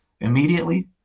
immediately